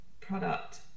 product